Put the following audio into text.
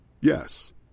Yes